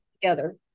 together